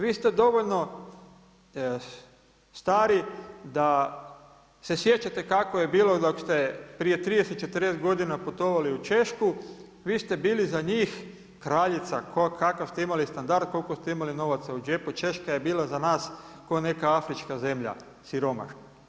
Vi ste dovoljno stari da se sjećate kako je bilo dok ste prije 30, 40 godina putovali u Češku, vi ste bili za njih kraljica, kakav ste imali standard, koliko ste imali novaca u džepu, Češka je bila za nas kao neka afrička zemlja, siromašna.